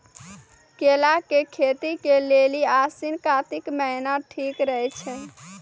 केला के खेती के लेली आसिन कातिक महीना ठीक रहै छै